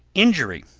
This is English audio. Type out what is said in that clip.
injury,